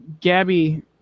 Gabby